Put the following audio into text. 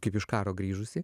kaip iš karo grįžusį